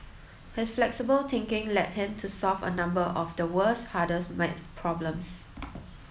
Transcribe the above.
his flexible thinking led him to solve a number of the world's hardest maths problems